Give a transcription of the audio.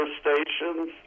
stations